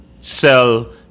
sell